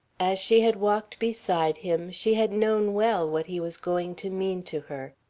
as she had walked beside him she had known well what he was going to mean to her.